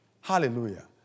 Hallelujah